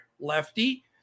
lefty